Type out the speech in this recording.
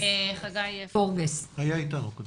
כמו שאתם יודעים,